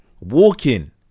walking